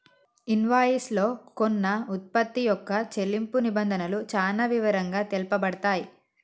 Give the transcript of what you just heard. invoice లో కొన్న వుత్పత్తి యొక్క చెల్లింపు నిబంధనలు చానా వివరంగా తెలుపబడతయ్